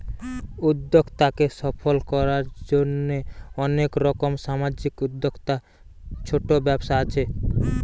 উদ্যোক্তাকে সফল কোরার জন্যে অনেক রকম সামাজিক উদ্যোক্তা, ছোট ব্যবসা আছে